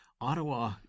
Ottawa